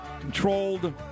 controlled